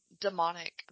demonic